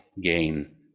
gain